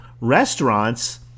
restaurants